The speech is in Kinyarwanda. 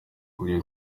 iyo